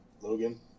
Logan